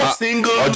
single